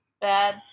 bad